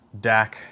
DAC